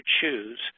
choose